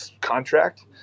contract